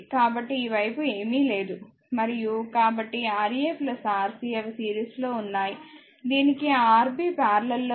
కాబట్టి ఈ వైపు ఏమీ లేదు మరియు కాబట్టి Ra Rc అవి సీరీస్ లో ఉన్నాయి దీనికి ఆ Rb పారలెల్ లో ఉన్నాయి